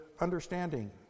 understanding